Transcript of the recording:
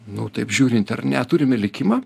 nu taip žiūrint ar ne turime likimą